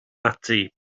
ati